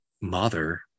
mother